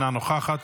אינה נוכחת,